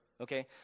okay